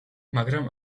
მაგრამ